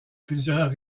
plusieurs